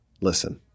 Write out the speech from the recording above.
listen